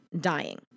dying